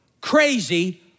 crazy